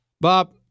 Bob